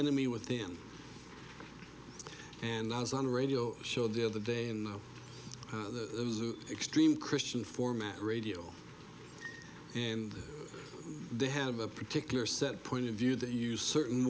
enemy within and i was on a radio show the other day in the extreme christian format radio and they have a particular set point of view that use certain